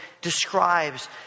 describes